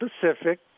Pacific